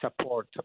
support